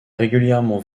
régulièrement